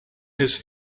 his